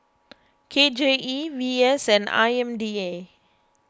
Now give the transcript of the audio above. K J E V S and I M D A